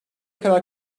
kadar